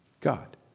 God